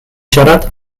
siarad